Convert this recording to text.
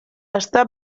està